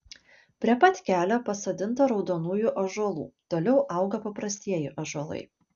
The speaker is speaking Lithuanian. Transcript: prie pat kelio pasodinta raudonųjų ąžuolų toliau auga paprastieji ąžuolai